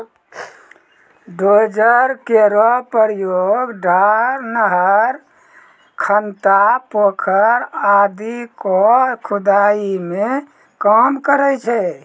dozer केरो प्रयोग डार, नहर, खनता, पोखर आदि क खुदाई मे काम करै छै